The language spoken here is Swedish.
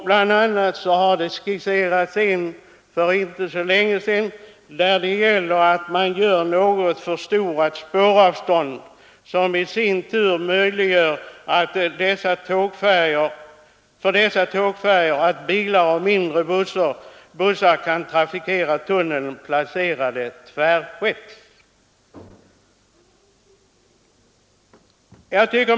Bl.a. har för inte så länge sedan skisserats en metod, enligt vilken man med något förstorat spåravstånd möjliggör för dessa ”tågfärjor” att forsla bilar och mindre bussar genom tunneln placerade tvärskepps.